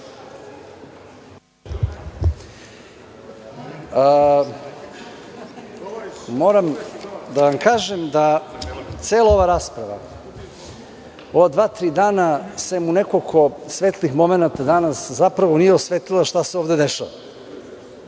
Da vam kažem da cela ova rasprava, ova dva, tri dana, sem u nekoliko svetlih momenata danas zapravo nije osvetlila šta se ovde dešava